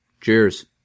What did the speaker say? Cheers